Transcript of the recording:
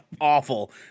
awful